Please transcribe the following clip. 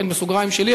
בסוגריים שלי,